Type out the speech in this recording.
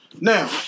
Now